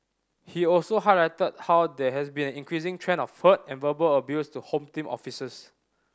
he also highlighted how there has been an increasing trend of hurt and verbal abuse to Home Team officers